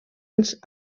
els